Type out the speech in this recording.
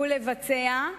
לקדם ולבצע,